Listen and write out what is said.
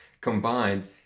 combined